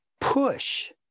push